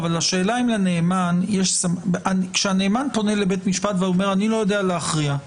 כאשר הנאמן פונה לבית משפט ואומר שהוא לא יודע להכריע,